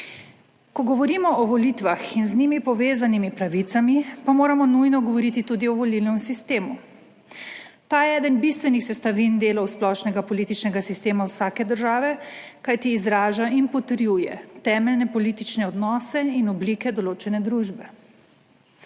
Ko govorimo o volitvah in z njimi povezanimi pravicami pa moramo nujno govoriti tudi o volilnem sistemu. Ta je eden bistvenih sestavin delov splošnega političnega sistema vsake države, kajti izraža in potrjuje temeljne politične odnose in oblike določene družbe.